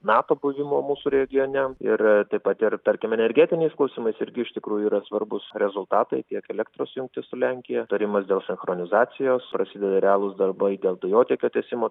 nato buvimo mūsų regione ir taip pat ir tarkim energetiniais klausimais irgi iš tikrųjų yra svarbūs rezultatai tiek elektros jungtis su lenkija tarimas dėl sinchronizacijos prasideda realūs darbai dėl dujotiekio tiesimo